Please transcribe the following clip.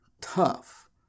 tough